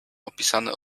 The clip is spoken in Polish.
opisane